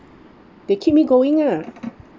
they keep me going lah